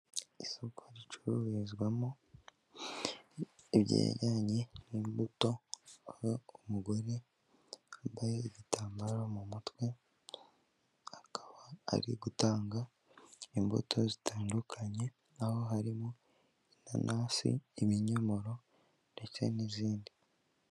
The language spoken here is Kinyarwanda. Isoko ricururizwamo ibijyanye n'imbuto umugore wambaye igitambaro mu mutwe akaba ari gutanga imbuto zitandukanye naho harimo inanasi, ibinyomoro, ndetse n'izindi.